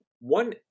One